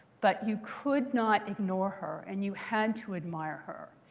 but you could not ignore her. and you had to admire her.